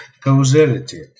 causality